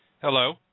Hello